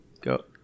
go